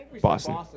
Boston